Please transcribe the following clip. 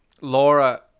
Laura